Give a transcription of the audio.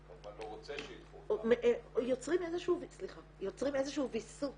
אני כמובן לא רוצה שידחו אותם -- יוצרים איזשהו ויסות